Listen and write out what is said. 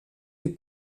les